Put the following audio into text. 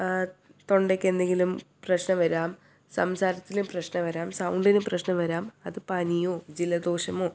തൊണ്ടയ്ക്ക് എന്തെങ്കിലും പ്രശ്നം വരാം സംസാരത്തിന് പ്രശ്നം വരാം സൗണ്ടിന് പ്രശ്നം വരാം അത് പനിയോ ജലദോഷമോ